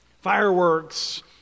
fireworks